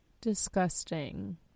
Disgusting